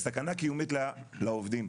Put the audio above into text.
וסכנה קיומית לעובדים.